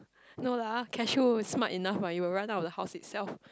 no lah cashew is smart enough lah it will run out the house itself